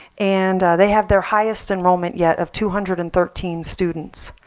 and they have their highest enrollment yet of two hundred and thirteen students.